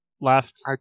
left